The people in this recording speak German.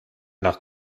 nach